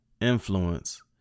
influence